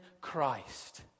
Christ